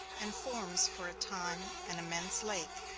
and forms for a time an immense lake,